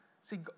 see